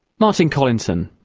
martin collinson.